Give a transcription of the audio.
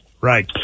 Right